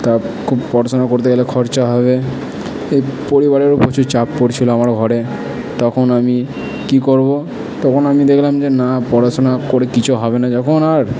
তা খুব পড়াশোনা করতে গেলে খরচা হবে এ পরিবারেও প্রচুর চাপ পড়ছিলো আমার ঘরে তখন আমি কি করবো তখন আমি দেখলাম যে না পড়াশুনা করে কিছু হবে না যখন আর